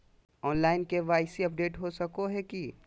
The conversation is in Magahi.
ऑनलाइन के.वाई.सी अपडेट हो सको है की?